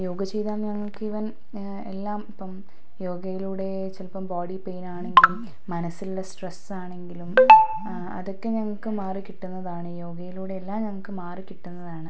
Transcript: യോഗ ചെയ്താൽ ഞങ്ങൾക്ക് ഈവൻ എല്ലാം ഇപ്പം യോഗയിലൂടെ ചിലപ്പം ബോഡി പെയിൻ ആണെങ്കിലും മനസ്സിലുള്ള സ്ട്രെസ്സ് ആണെങ്കിലും അതൊക്കെ ഞങ്ങൾക്ക് മാറിക്കിട്ടുന്നതാണ് യോഗയിലൂടെ എല്ലാം ഞങ്ങൾക്ക് മാറിക്കിട്ടുന്നതാണ്